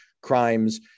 crimes